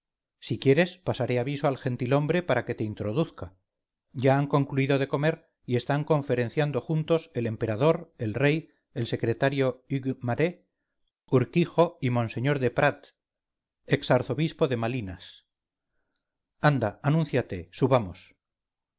si quieres pasaré aviso al gentil-hombre para que te introduzca ya han concluido de comer y están conferenciando juntos el emperador el rey el secretario hugues maret urquijo y monseñor de pradt ex arzobispo de malinas anda anúnciate subamos